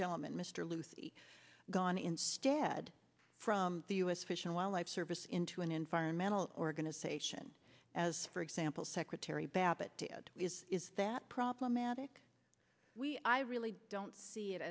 gentleman mr lucy gone instead from the u s fish and wildlife service into an environmental organization as for example secretary babbitt is is that problematic i really don't see it